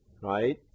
right